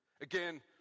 Again